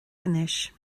anois